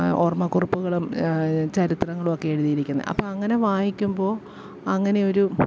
ഓർമ്മക്കുറിപ്പുകളും ചരിത്രങ്ങളൊക്കെ എഴുതിയിരിക്കുന്നത് അപ്പോൾ അങ്ങനെ വായിക്കുമ്പോൾ അങ്ങനെയൊരു